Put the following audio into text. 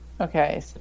Okay